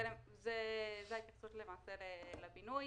זה ההתייחסות לבינוי.